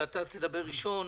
ואתה תדבר ראשון,